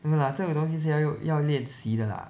no lah 这种东西是要要练习的 lah